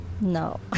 No